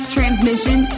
Transmission